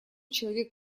человек